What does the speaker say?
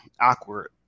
awkward